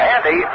Andy